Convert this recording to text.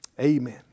amen